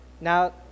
Now